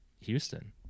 Houston